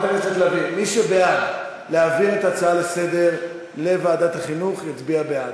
מי שבעד להעביר את ההצעה לסדר-היום לוועדת החינוך יצביע בעד,